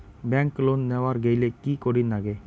Bank loan নেওয়ার গেইলে কি করীর নাগে?